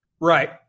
right